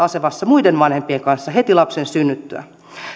asemassa muiden vanhempien kanssa heti lapsen synnyttyä